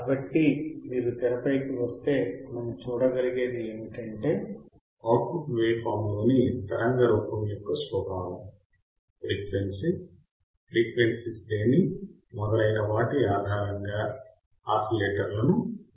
కాబట్టి మీరు తెరపైకి తిరిగి వస్తే మనము చూడగలిగేది ఏమిటంటే అవుట్పుట్ వేవ్ఫార్మ్ లోని తరంగ రూపము యొక్క స్వభావం ఫ్రీక్వెన్సీ ఫ్రీక్వెన్సీ శ్రేణి మొదలైన వాటి ఆధారంగా ఆసిలేటర్లను వర్గీకరించవచ్చు